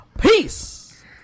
peace